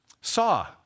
Saw